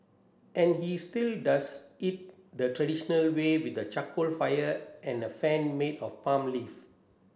and he still does it the traditional way with a charcoal fire and a fan made of palm leaf